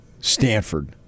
Stanford